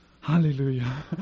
Hallelujah